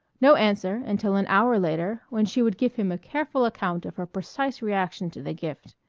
no answer until an hour later when she would give him a careful account of her precise reaction to the gift,